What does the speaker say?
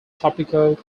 topical